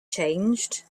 changed